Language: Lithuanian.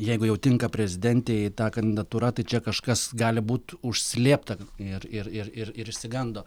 jeigu jau tinka prezidentei ta kandidatūra tai čia kažkas gali būt užslėpta ir ir ir ir ir išsigando